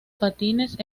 patines